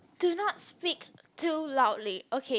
do not speak too loudly okay